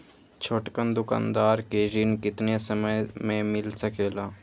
छोटकन दुकानदार के ऋण कितने समय मे मिल सकेला?